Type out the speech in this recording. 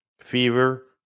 fever